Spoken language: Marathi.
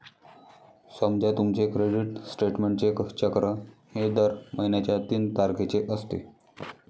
समजा तुमचे क्रेडिट स्टेटमेंटचे चक्र हे दर महिन्याच्या तीन तारखेचे असते